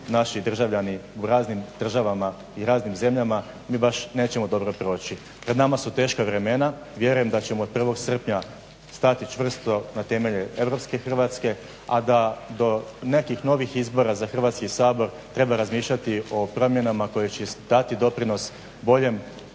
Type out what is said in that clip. naši državljani u raznim državama i raznim zemljama mi baš nećemo dobro proći. Pred nama su teška vremena. Vjerujem da ćemo od 1. srpnja stati čvrsto na temelje europske Hrvatske, a da do nekih novih izbora za Hrvatski sabor treba razmišljati o promjenama koje će dati doprinos boljem